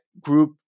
group